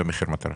לא מחיר מטרה.